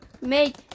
make